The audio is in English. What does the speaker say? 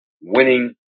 winning